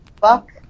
fuck